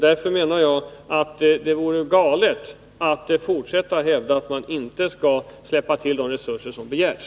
Därför menar jag att det vore galet att vägra att släppa till de resurser som begärs.